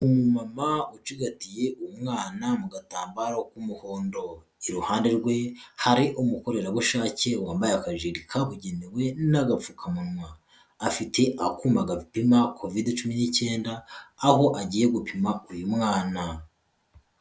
Umumama ucigatiye umwana mu gatambaro ku muhondo, iruhande rwe hari umukorerabushake wambaye akajire kabugenewe n'agapfukamunwa, afite akuma gapima Kovide cumi n'icyenda, aho agiye gupima uyu mwana.